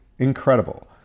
Incredible